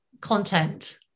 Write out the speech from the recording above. content